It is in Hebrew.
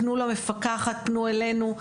פנו למפקחת פנו אלינו,